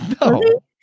No